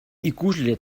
ikusle